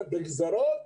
בגזרות,